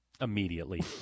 Immediately